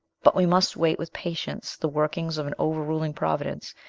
but we must wait with patience the workings of an overruling providence,